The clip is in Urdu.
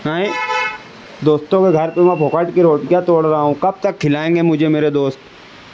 آئیں دوستوں کے گھر پہ میں پھوکٹ کی روٹیاں توڑ رہا ہوں کب تک کھلائیں گے مجھے میرے دوست